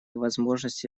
возможности